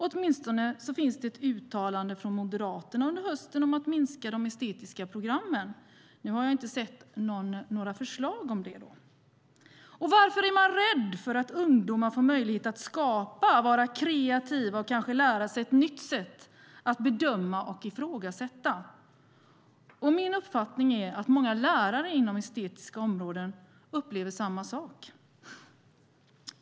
Åtminstone fanns det ett uttalande från Moderaterna under hösten om att minska de estetiska programmen, även om jag inte har sett några förslag om det. Varför är man rädd för att ungdomar får möjlighet att skapa, vara kreativa och kanske lära sig ett nytt sätt att bedöma och ifrågasätta? Min uppfattning är att många lärare inom de estetiska områdena upplever samma sak.